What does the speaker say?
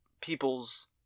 people's